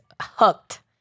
Hooked